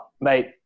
Mate